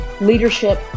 leadership